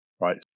Right